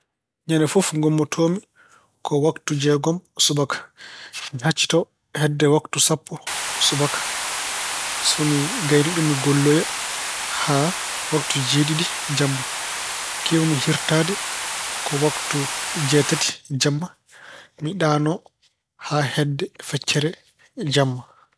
Ñande fof ngummtoo-mi ko waktu jeegom subaka. Mi hacitoo hedde waktu sappo subaka. So mi gayinii ɗum mi golloya haa waktu jeeɗiɗi jamma. Keew-mi hiirtaade ko waktu jeetati jamma. Mi ɗanoo haa hedde feccere jamma.